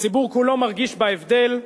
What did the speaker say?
הציבור כולו מרגיש בהבדל.